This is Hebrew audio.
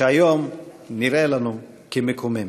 שהיום נראה לנו מקומם.